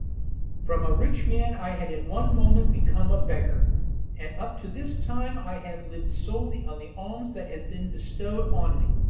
from a rich man i had in one moment become a beggar and up to this time i have lived solely on the alms that have been bestowed on me.